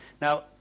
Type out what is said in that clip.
Now